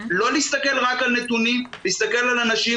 לא להסתכל רק על נתונים, להסתכל על אנשים.